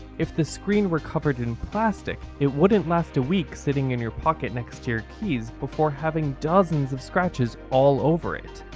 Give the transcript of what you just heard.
if the screen were covered in plastic, it wouldn't last a week sitting in your pocket next to your keys before having dozens of scratches all over it.